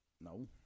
No